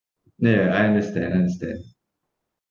ya I understand understand